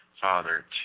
Father